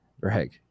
Greg